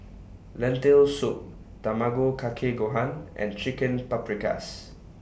Lentil Soup Tamago Kake Gohan and Chicken Paprikas